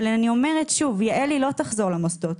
אבל אני אומרת שוב, יעלי לא תחזור למוסדות.